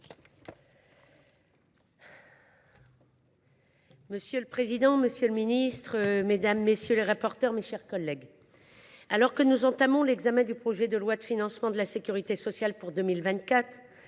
Monsieur le président, madame la ministre, messieurs les ministres, mes chers collègues, alors que nous entamons l’examen du projet de loi de financement de la sécurité sociale pour 2024,